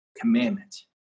commandment